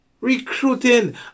Recruiting